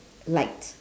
light